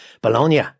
Bologna